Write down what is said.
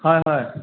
হয় হয়